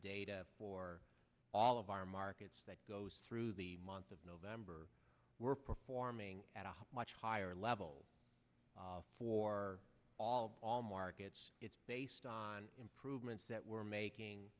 data for all of our markets that goes through the month of november we're performing at a much higher level for all markets it's based on improvements that we're making